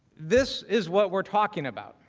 this is what we're talking about